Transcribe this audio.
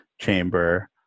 chamber